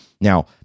Now